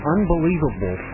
Unbelievable